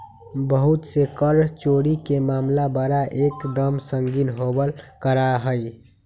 बहुत से कर चोरी के मामला बड़ा एक दम संगीन होवल करा हई